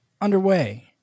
underway